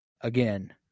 again